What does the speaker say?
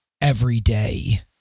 everyday